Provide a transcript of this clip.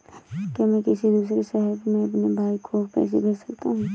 क्या मैं किसी दूसरे शहर में अपने भाई को पैसे भेज सकता हूँ?